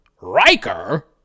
Riker